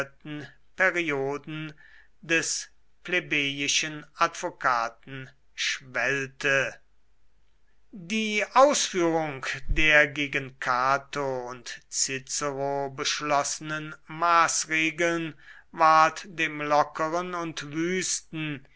perioden des plebejischen advokaten schwellte die ausführung der gegen cato und cicero beschlossenen maßregeln ward dem lockeren und wüsten